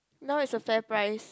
now it's a Fairprice